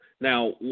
Now